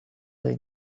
their